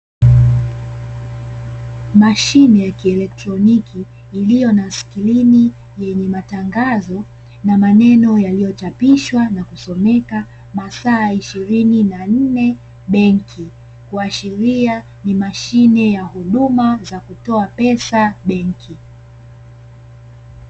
Mashine ya kielektroniki iliyo na screen yenye matangazo na maneno yaliyochapishwa na kusomeka, (masaa ishirini na nne benki), kuashiria ni mashine ya huduma za kutoa pesa.